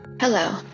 Hello